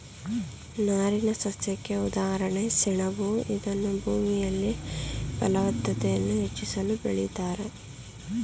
ನಾರಿನಸಸ್ಯಕ್ಕೆ ಉದಾಹರಣೆ ಸೆಣಬು ಇದನ್ನೂ ಭೂಮಿಯಲ್ಲಿ ಫಲವತ್ತತೆಯನ್ನು ಹೆಚ್ಚಿಸಲು ಬೆಳಿತಾರೆ